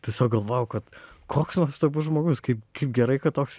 tiesiog galvojau kad koks nuostabus žmogus kaip kaip gerai kad toks